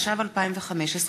התשע"ו 2015,